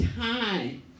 time